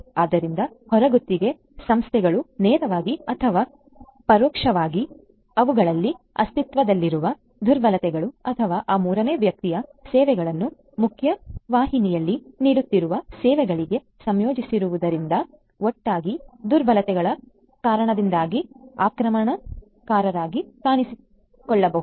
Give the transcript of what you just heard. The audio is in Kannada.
ಆದ್ದರಿಂದ ಹೊರಗುತ್ತಿಗೆ ಸಂಸ್ಥೆಗಳು ನೇರವಾಗಿ ಅಥವಾ ಪರೋಕ್ಷವಾಗಿ ಅವುಗಳಲ್ಲಿ ಅಸ್ತಿತ್ವದಲ್ಲಿರುವ ದುರ್ಬಲತೆಗಳು ಅಥವಾ ಆ ಮೂರನೇ ವ್ಯಕ್ತಿಯ ಸೇವೆಗಳನ್ನು ಮುಖ್ಯವಾಹಿನಿಯಲ್ಲಿ ನೀಡುತ್ತಿರುವ ಸೇವೆಗಳಿಗೆ ಸಂಯೋಜಿಸುವುದರಿಂದ ಉಂಟಾಗುವ ದುರ್ಬಲತೆಗಳ ಕಾರಣದಿಂದಾಗಿ ಆಕ್ರಮಣಕಾರರಾಗಿ ಕಾಣಿಸಿಕೊಳ್ಳಬಹುದು